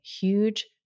huge